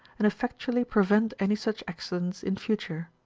and effectually prevent any such accidents in future.